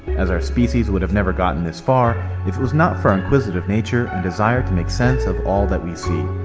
as our species would have never gotten this far if it was not for our inquisitive nature and desire to make sense of all that we see.